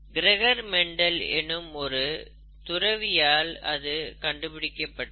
Gregor Mendel எனும் ஒரு துறவியால் இது கண்டுபிடிக்கப்பட்டது